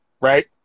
right